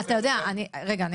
רגע,